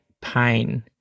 pain